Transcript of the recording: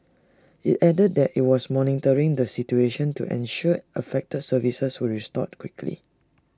IT added that IT was monitoring the situation to ensure affected services were restored quickly